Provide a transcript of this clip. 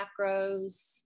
macros